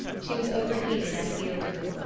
she was overheated and irritable,